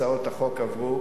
הצעות החוק עברו.